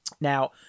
Now